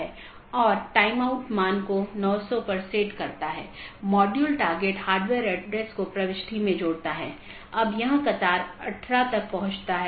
यदि इस संबंध को बनाने के दौरान AS में बड़ी संख्या में स्पीकर हैं और यदि यह गतिशील है तो इन कनेक्शनों को बनाना और तोड़ना एक बड़ी चुनौती है